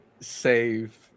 save